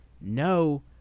no